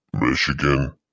Michigan